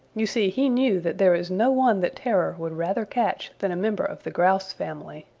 you see he knew that there is no one that terror would rather catch than a member of the grouse family.